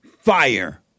fire